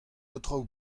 aotrou